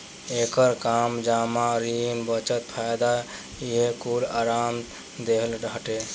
एकर काम जमा, ऋण, बचत, फायदा इहे कूल आराम देहल हटे